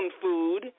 food